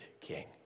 king